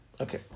Okay